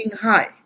high